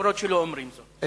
אף-על-פי שלא אומרים זאת.